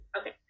Okay